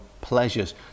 pleasures